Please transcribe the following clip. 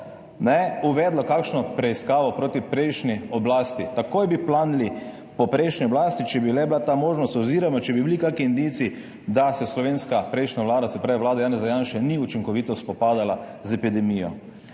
uvedlo kakšno preiskavo proti prejšnji oblasti. Takoj bi planili po prejšnji oblasti, če bi le bila ta možnost oziroma če bi bili kakšni indici, da se prejšnja slovenska vlada, se pravi vlada Janeza Janše, ni učinkovito spopadala z epidemijo.